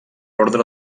ordre